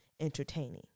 entertaining